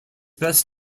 best